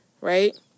right